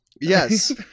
Yes